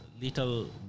little